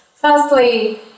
Firstly